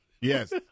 yes